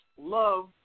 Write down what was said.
love